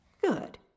Good